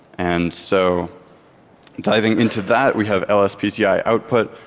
and so diving into that we have lspci output,